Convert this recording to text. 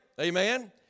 amen